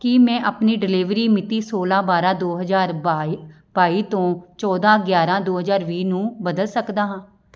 ਕੀ ਮੈਂ ਆਪਣੀ ਡਿਲੀਵਰੀ ਮਿਤੀ ਸੌਲਾਂ ਬਾਰਾਂ ਦੋ ਹਜ਼ਾਰ ਬਾਅ ਬਾਈ ਤੋਂ ਚੌਦਾਂ ਗਿਆਰਾਂ ਦੋ ਹਜ਼ਾਰ ਵੀਹ ਨੂੰ ਬਦਲ ਸਕਦਾ ਹਾਂ